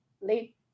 late